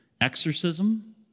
exorcism